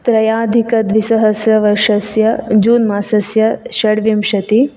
त्रयाधिकद्विसहस्रवर्षस्य June मासस्य षड्विंशति